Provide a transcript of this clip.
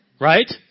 right